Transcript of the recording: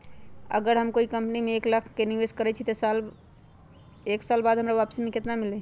अगर हम कोई कंपनी में एक लाख के निवेस करईछी त एक साल बाद हमरा वापसी में केतना मिली?